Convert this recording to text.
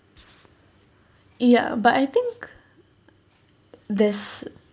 ya but I think there's